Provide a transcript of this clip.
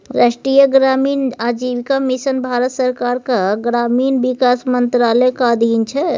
राष्ट्रीय ग्रामीण आजीविका मिशन भारत सरकारक ग्रामीण विकास मंत्रालयक अधीन छै